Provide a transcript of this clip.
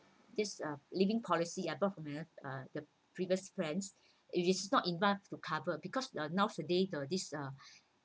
this uh living policy ah I bought from my previous friends it is not enough to cover because uh nowadays uh this uh